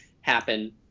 happen